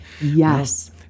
yes